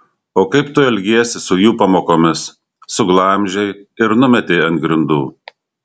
o kaip tu elgiesi su jų pamokomis suglamžei ir numetei ant grindų